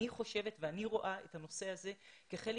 אני חושבת ואני רואה את הנושא הזה כחלק